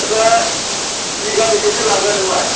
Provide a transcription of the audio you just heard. आदसा बिघा बेसेसो लागोन नोंलाय